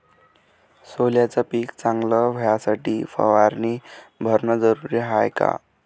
सोल्याचं पिक चांगलं व्हासाठी फवारणी भरनं जरुरी हाये का?